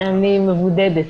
אני מבודדת.